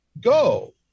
go